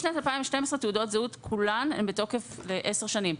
משנת 2012 כל תעודות הזהות הן בתוקף ל-10 שנים.